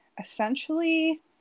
essentially